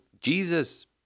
Jesus